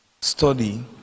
study